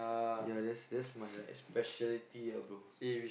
ya that's that's my like speciality ah bro